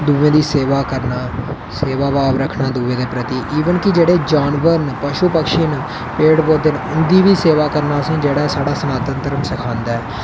दूएं दी सेवा करना सेवा भाव रक्खन दूएं दे प्रति इवन कि जेह्ड़े जानवर न पशु पक्षी न पेड़ पौधे न उं'दी बी सेवा करना असेंगी जेह्ड़ा साढ़ा सनातन धर्म सखांदा ऐ